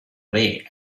away